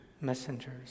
messengers